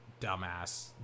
dumbass